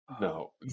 no